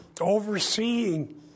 overseeing